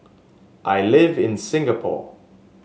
I live in Singapore